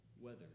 weather